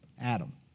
Adam